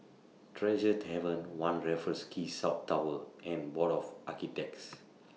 Tresor Tavern one Raffles Quay South Tower and Board of Architects